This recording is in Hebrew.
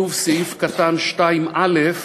כתוב סעיף קטן (2)(א)